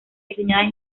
diseñadas